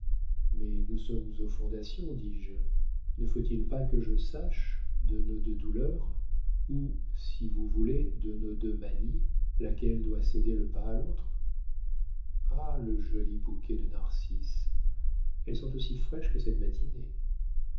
mais nous sommes aux fondations dis-je ne faut-il pas que je sache de nos deux douleurs ou si vous voulez de nos deux manies laquelle doit céder le pas à l'autre ah le joli bouquet de narcisses elles sont aussi fraîches que cette matinée